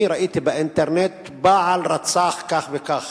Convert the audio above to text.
אני ראיתי באינטרנט: בעל רצח כך וכך,